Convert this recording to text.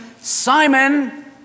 Simon